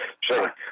Sure